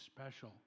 special